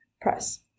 Press